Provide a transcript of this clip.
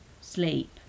sleep